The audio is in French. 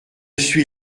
suis